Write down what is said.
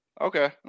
okay